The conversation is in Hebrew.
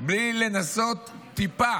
בלי לנסות טיפה